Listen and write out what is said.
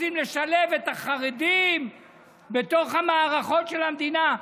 רוצים לשלב את החרדים בתוך המערכות של המדינה.